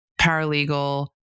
paralegal